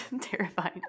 terrifying